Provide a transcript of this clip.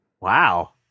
wow